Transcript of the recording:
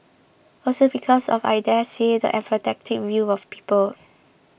also because of I daresay the apathetic view of people